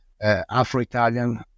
Afro-Italian